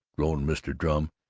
groaned mr. drum.